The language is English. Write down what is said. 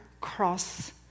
cross